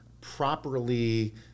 properly